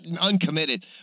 uncommitted